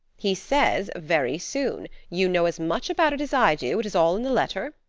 he says very soon you know as much about it as i do it is all in the letter.